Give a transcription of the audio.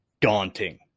daunting